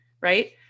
Right